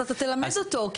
אז אתה תלמד אותו.